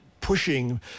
pushing